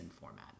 format